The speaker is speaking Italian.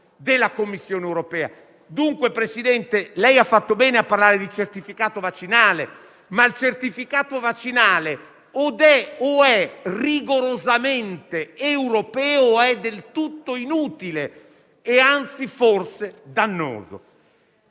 ha fatto bene a parlare di certificato vaccinale, ma il certificato vaccinale o è rigorosamente europeo, o è del tutto inutile e, anzi, forse dannoso.